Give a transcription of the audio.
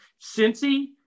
Cincy